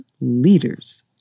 leaders